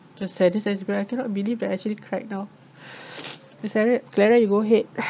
the saddest since birth I cannot believe that I actually cried now clara clara you go ahead